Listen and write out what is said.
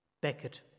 Beckett